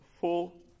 full